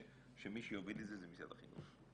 שמי שיוביל את זה זה משרד החינוך.